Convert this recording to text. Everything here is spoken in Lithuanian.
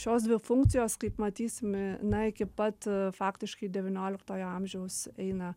šios dvi funkcijos kaip matysim na iki pat faktiškai devynioliktojo amžiaus eina